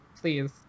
please